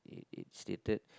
it's stated